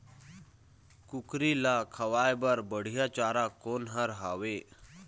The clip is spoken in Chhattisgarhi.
कुकरी ला खवाए बर बढीया चारा कोन हर हावे?